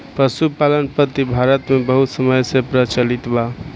पशुपालन पद्धति भारत मे बहुत समय से प्रचलित बा